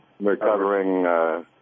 recovering